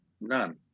none